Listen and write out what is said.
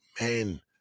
man